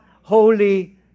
Holy